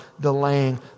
delaying